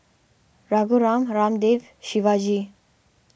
Raghuram Ramdev Shivaji